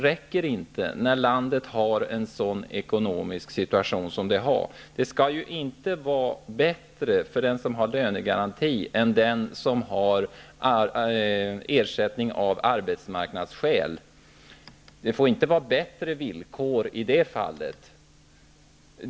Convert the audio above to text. räcker inte när landet har en så dålig ekonomisk situation. Det skall inte vara bättre för den som har lönegaranti än för den som har ersättning av arbetsmarknadsskäl. Det får inte vara bättre villkor i det fallet.